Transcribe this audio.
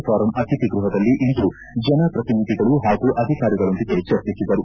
form ಅತಿಥಿ ಗೃಹದಲ್ಲಿ ಇಂದು ಜನಪ್ರತಿನಿಧಿಗಳು ಹಾಗೂ ಅಧಿಕಾರಿಗಳೊಂದಿಗೆ ಚರ್ಚಿಸಿದರು